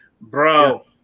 bro